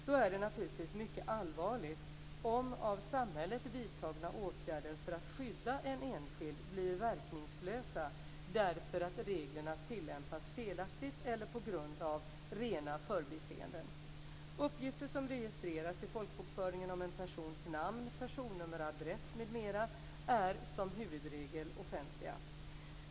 Då är det naturligtvis mycket allvarligt om av samhället vidtagna åtgärder för att skydda en enskild blir verkningslösa därför att reglerna tillämpas felaktigt eller på grund av rena förbiseenden. Uppgifter som registreras i folkbokföringen om en persons namn, personnummer och adress m.m. är som huvudregel offentliga.